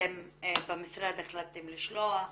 אתם במשרד החלטתם לשלוח.